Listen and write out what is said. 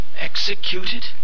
Executed